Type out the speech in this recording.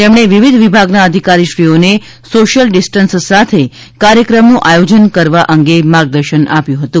તેમણે વિવિધ વિભાગના અધિકારીશ્રીઓને સોશિયલ ડિસ્ટન્સ સાથે કાર્યક્રમનું આયોજન કરવા અંગે માર્ગદર્શન આપ્યું હતું